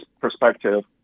perspective